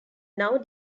now